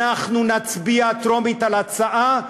אנחנו נצביע בטרומית על ההצעה,